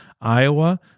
Iowa